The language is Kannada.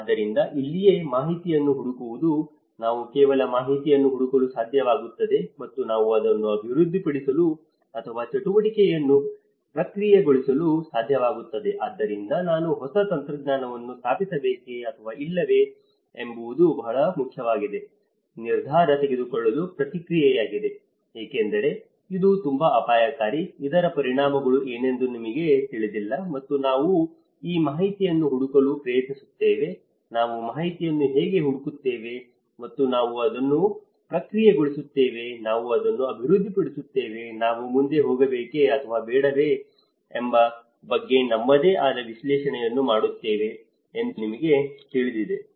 ಆದ್ದರಿಂದ ಇಲ್ಲಿಯೇ ಮಾಹಿತಿಯನ್ನು ಹುಡುಕುವುದು ನಾವು ಕೆಲವು ಮಾಹಿತಿಯನ್ನು ಹುಡುಕಲು ಸಾಧ್ಯವಾಗುತ್ತದೆ ಮತ್ತು ನಾವು ಅದನ್ನು ಅಭಿವೃದ್ಧಿಪಡಿಸಲು ಅಥವಾ ಚಟುವಟಿಕೆಯನ್ನು ಪ್ರಕ್ರಿಯೆಗೊಳಿಸಲು ಸಾಧ್ಯವಾಗುತ್ತದೆ ಆದ್ದರಿಂದ ನಾನು ಹೊಸ ತಂತ್ರಜ್ಞಾನವನ್ನು ಸ್ಥಾಪಿಸಬೇಕೆ ಅಥವಾ ಇಲ್ಲವೇ ಎಂಬುದು ಬಹಳ ಮುಖ್ಯವಾದ ನಿರ್ಧಾರ ತೆಗೆದುಕೊಳ್ಳುವ ಪ್ರಕ್ರಿಯೆಯಾಗಿದೆ ಏಕೆಂದರೆ ಇದು ತುಂಬಾ ಅಪಾಯಕಾರಿ ಇದರ ಪರಿಣಾಮಗಳು ಏನೆಂದು ನಿಮಗೆ ತಿಳಿದಿಲ್ಲ ಮತ್ತು ನಾವು ಈ ಮಾಹಿತಿಯನ್ನು ಹುಡುಕಲು ಪ್ರಯತ್ನಿಸುತ್ತೇವೆ ನಾವು ಮಾಹಿತಿಯನ್ನು ಹೇಗೆ ಹುಡುಕುತ್ತೇವೆ ಮತ್ತು ನಾವು ಅದನ್ನು ಪ್ರಕ್ರಿಯೆಗೊಳಿಸುತ್ತೇವೆ ನಾವು ಅದನ್ನು ಅಭಿವೃದ್ಧಿಪಡಿಸುತ್ತೇವೆ ನಾವು ಮುಂದೆ ಹೋಗಬೇಕೆ ಅಥವಾ ಬೇಡವೇ ಎಂಬ ಬಗ್ಗೆ ನಮ್ಮದೇ ಆದ ವಿಶ್ಲೇಷಣೆಯನ್ನು ಮಾಡುತ್ತೇವೆ ಎಂದು ನಿಮಗೆ ತಿಳಿದಿದೆ